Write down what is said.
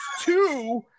two